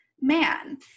man